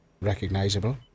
recognizable